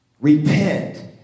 Repent